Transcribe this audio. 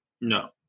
No